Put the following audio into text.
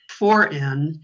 4N